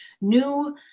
new